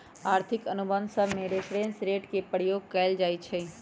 आर्थिक अनुबंध सभमें रेफरेंस रेट के प्रयोग कएल जाइ छइ